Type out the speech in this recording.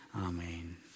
Amen